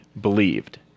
believed